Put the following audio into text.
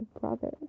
brother